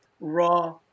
raw